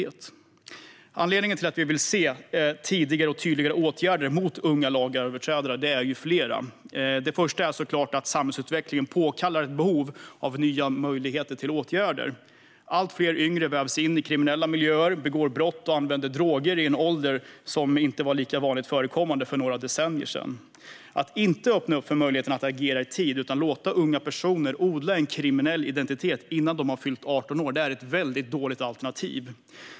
Det finns flera anledningar till att vi vill se tidigare och tydligare åtgärder mot unga lagöverträdare. Till att börja med påkallar såklart samhällsutvecklingen nya möjliga åtgärder. Allt fler yngre vävs in i kriminella miljöer, begår brott och använder droger vid en ålder där det inte var lika vanligt för några decennier sedan. Att inte öppna upp för möjligheter att agera i tid, utan att låta unga personer odla en kriminell identitet innan de har fyllt 18 år, är ett väldigt dåligt alternativ.